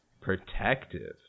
Protective